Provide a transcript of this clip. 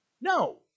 No